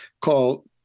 called